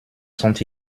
sont